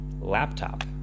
laptop